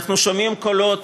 אנחנו שומעים קולות